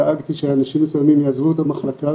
דאגתי שאנשים מסוימים יעזבו את המחלקה